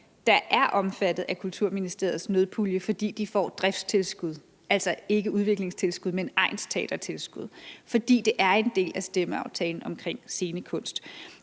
der er omfattet af Kulturministeriets nødpulje, fordi de får driftstilskud, altså ikke udviklingstilskud, men egnsteatertilskud, fordi det er en del af stemmeaftalen omkring scenekunst.